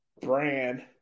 brand